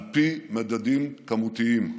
על פי מדדים כמותיים.